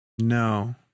No